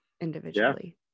individually